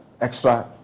extra